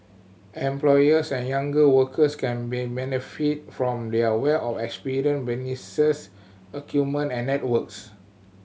employers and younger workers can be benefit from their wealth of experience businesses acumen and networks